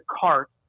cart